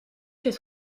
chez